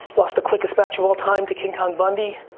lost the quickest match of all time to king kong bundy.